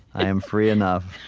i am free enough.